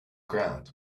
ground